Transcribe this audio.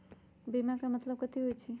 बीमा के मतलब कथी होई छई?